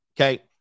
okay